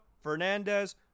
Fernandez